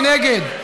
מי נגד?